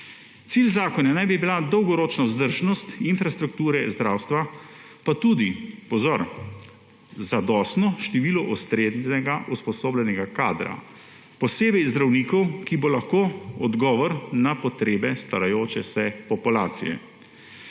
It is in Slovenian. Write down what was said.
Cilj zakona naj bi bila dolgoročna vzdržnost infrastrukture zdravstva pa tudi, pozor, zadostno število ustreznega usposobljenega kadra, posebej zdravnikov, ki bo lahko odgovor na potrebe starajoče se populacije.